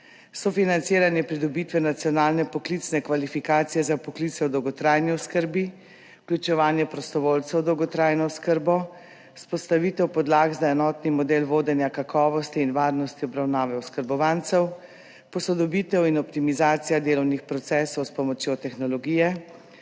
sofinanciranje pridobitve nacionalne poklicne kvalifikacije za poklice o dolgotrajni oskrbi, vključevanje prostovoljcev v dolgotrajno oskrbo, vzpostavitev podlag za enotni model vodenja kakovosti in varnosti obravnave oskrbovancev, posodobitev in optimizacija delovnih procesov s pomočjo tehnologije,